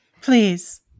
Please